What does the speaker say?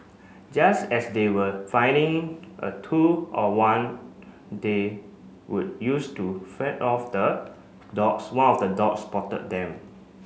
just as they were finding a tool or one they could use to fend off the dogs one of the dogs spotted them